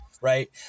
right